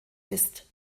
ist